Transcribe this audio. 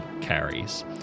carries